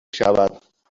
شود